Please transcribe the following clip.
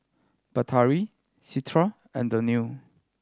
Batari Citra and Daniel